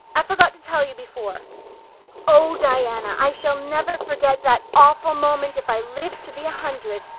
i forgot to tell you before oh, diana, i shall never forget that awful moment if i live to be a hundred.